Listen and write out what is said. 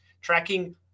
tracking